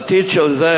העתיד של זה,